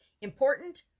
important